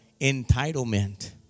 entitlement